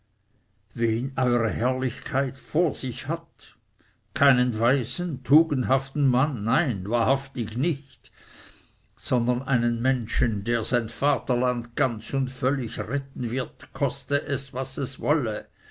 wen eure herrlichkeit vor sich hat keinen weisen tugendhaften mann nein wahrhaftig nicht sondern einen menschen der sein vaterland ganz und völlig retten wird koste es was es wolle